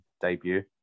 debut